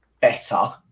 better